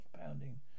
pounding